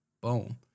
Boom